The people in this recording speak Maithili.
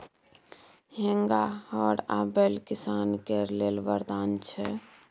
हेंगा, हर आ बैल किसान केर लेल बरदान छै